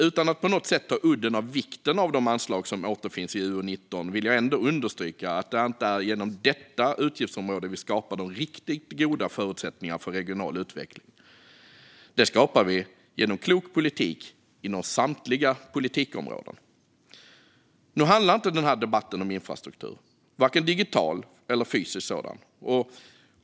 Utan att på något sätt ta udden av de anslag som återfinns i UO19 vill jag understryka att det inte är inom detta utgiftsområde som vi skapar de riktigt goda förutsättningarna för regional utveckling. Dem skapar vi genom klok politik inom samtliga politikområden. Nu handlar inte denna debatt om infrastruktur - varken om digital eller fysisk sådan.